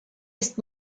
ist